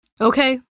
Okay